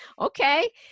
okay